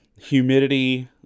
humidity